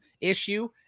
issue